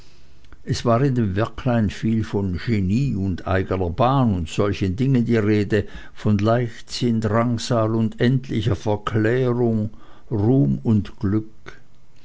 es war in dem werklein viel von genie und eigener bahn und solchen dingen die rede von leichtsinn drangsal und endlicher verklärung ruhm und glück